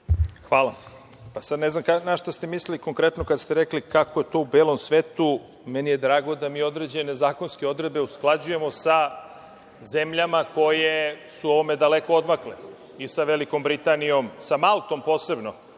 Hvala. Sada ne znam na šta ste mislili konkretno kada ste rekli kako to u belom svetu. Meni je drago da mi određene zakonske odredbe usklađujemo sa zemljama koje su u ovome daleko odmakle. Sa Velikom Britanijom, sa Maltom posebno,